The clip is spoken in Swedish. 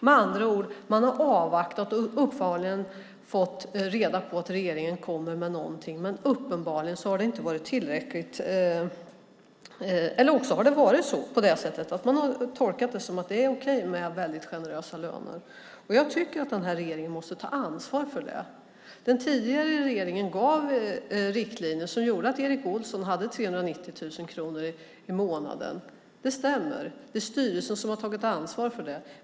Med andra ord har man avvaktat och uppenbarligen fått reda på att regeringen kommer med någonting. Men tydligen har det inte varit tillräckligt, eller så har man tolkat det som att det är okej med väldigt generösa löner. Jag tycker att den här regeringen måste ta ansvar för detta. Den tidigare regeringen gav riktlinjer som gjorde att Erik Olsson hade 390 000 kronor i månaden; det stämmer. Det är styrelsen som har tagit ansvar för det.